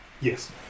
Yes